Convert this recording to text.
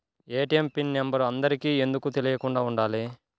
ATM pin number అందరికి ఎందుకు తెలియకుండా ఉండాలి?